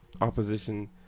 opposition